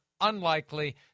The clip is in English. unlikely